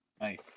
Nice